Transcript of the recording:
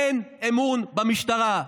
אין אמון במשטרה.